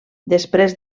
després